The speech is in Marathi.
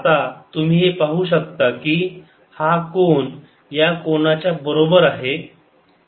आता तुम्ही हे पाहू शकता की हा कोन या कोनाच्या बरोबर आहे